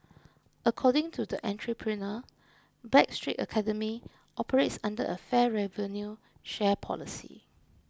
according to the entrepreneur Backstreet Academy operates under a fair revenue share policy